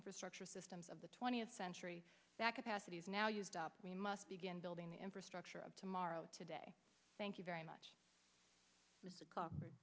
infrastructure systems of the twentieth century that capacity is now used up we must begin building the infrastructure of tomorrow today thank you very much the co